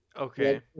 okay